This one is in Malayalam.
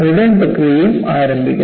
മുഴുവൻ പ്രക്രിയയും ആരംഭിക്കുന്നു